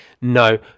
no